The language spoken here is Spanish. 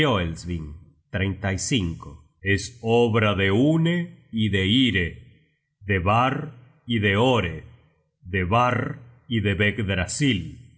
fioelsving es obra de une y de ire de barr y de ore de varr y de